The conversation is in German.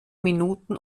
minuten